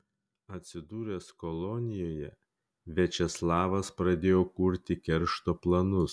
atsidūręs kolonijoje viačeslavas pradėjo kurti keršto planus